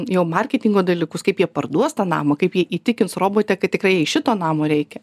jau marketingo dalykus kaip jie parduos tą namą kaip jie įtikins robotę kad tikrai jai šito namo reikia